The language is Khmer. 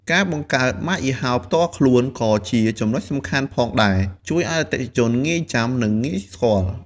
ការបង្កើតម៉ាកយីហោផ្ទាល់ខ្លួនក៏ជាចំណុចសំខាន់ផងដែរជួយឲ្យអតិថិជនងាយចាំ និងងាយស្គាល់។